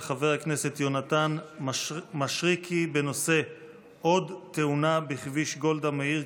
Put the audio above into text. של חבר הכנסת יונתן מישרקי: עוד תאונה בכביש גולדה מאיר,